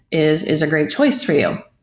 is is a great choice for you.